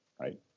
right